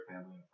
family